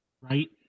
Right